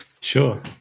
Sure